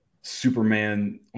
Superman